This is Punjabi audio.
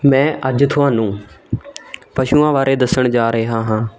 ਮੈਂ ਅੱਜ ਤੁਹਾਨੂੰ ਪਸ਼ੂਆਂ ਬਾਰੇ ਦੱਸਣ ਜਾ ਰਿਹਾ ਹਾਂ